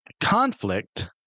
conflict